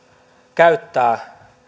käyttää